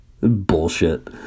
bullshit